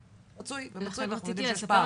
רצוי ומצוי ואנחנו יודעים שיש פער.